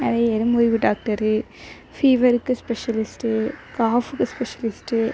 நிறைய எலும்பு முறிவு டாக்டரு ஃபீவருக்கு ஸ்பெஷலிஸ்ட்டு காஃப்க்கு ஸ்பெஷலிஸ்ட்டு